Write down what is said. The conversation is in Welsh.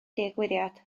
digwyddiad